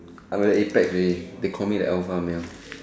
I'm the apex already they call me the alpha you know